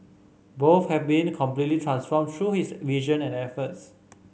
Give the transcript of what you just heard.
both have been completely transformed through his vision and efforts